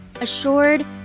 assured